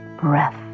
breath